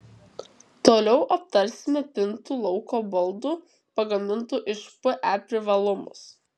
toliau aptarsime pintų lauko baldų pagamintų iš pe privalumus